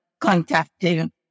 contacting